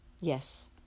Yes